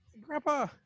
grandpa